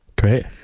Great